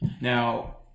now